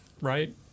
right